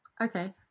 Okay